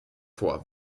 vor